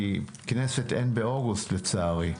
כי כנסת אין באוגוסט לצערי.